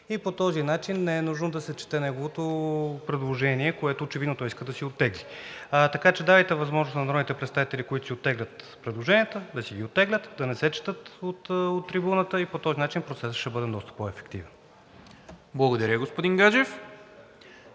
По този начин не е нужно да се чете неговото предложение, което очевидно той иска да оттегли. Така че давайте възможност на народните представители, които си оттеглят предложенията, да си ги оттеглят, да не се четат от трибуната. По този начин процесът ще бъде доста по-ефективен. ПРЕДСЕДАТЕЛ НИКОЛА